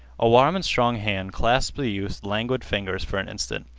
a warm and strong hand clasped the youth's languid fingers for an instant,